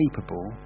capable